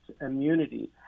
immunity